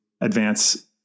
advance